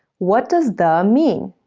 what does the mean?